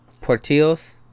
Portillo's